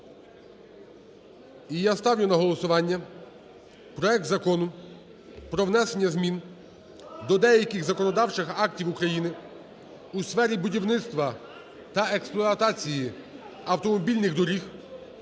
І я ставлю на голосування проект Закону про внесення змін до деяких законодавчих актів України у сфері будівництва та експлуатації автомобільних доріг